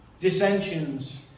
dissensions